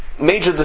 major